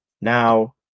now